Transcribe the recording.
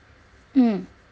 mm